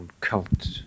cult